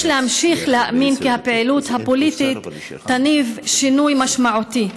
יש להמשיך להאמין כי הפעילות הפוליטית תניב שינוי משמעותי,